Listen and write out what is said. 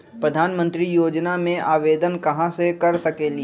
प्रधानमंत्री योजना में आवेदन कहा से कर सकेली?